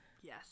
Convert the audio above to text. Yes